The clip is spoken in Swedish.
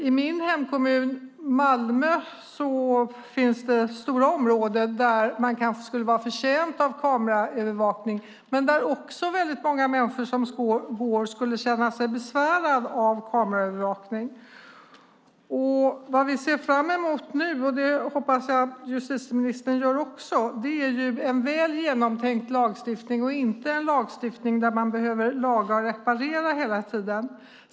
I min hemkommun Malmö finns det stora områden där man kanske skulle vara förtjänt av kameraövervakning, men där också väldigt många människor som går skulle känna sig besvärade av kameraövervakning. Vad vi ser fram emot nu - och det hoppas jag att justitieministern gör också - är en väl genomtänkt lagstiftning, inte en lagstiftning där man behöver laga och reparera hela tiden.